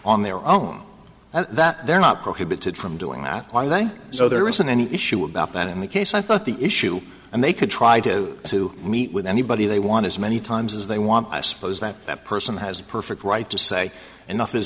on their own and that they're not prohibited from doing that so there isn't any issue about that in that case i thought the issue and they could try to go to meet with anybody they want as many times as they want i suppose that that person has a perfect right to say enough is